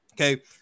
okay